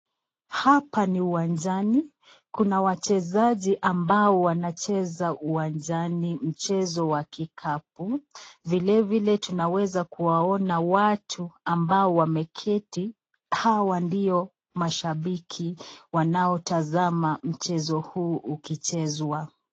Hapa ni uwanjani. Kuna wachezaji ambao wanacheza uwanjani mchezo wa kikapu. Vile vile tunaweza kuwaona watu ambao wameketi. Hawa ndio mashabiki wanaotazama mchezo huu ukichezwa.